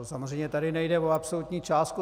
Samozřejmě tady nejde o absolutní částku.